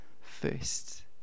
first